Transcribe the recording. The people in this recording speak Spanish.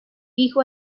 hijo